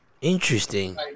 Interesting